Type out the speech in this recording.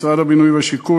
משרד הבינוי והשיכון,